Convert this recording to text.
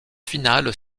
final